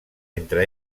entre